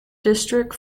district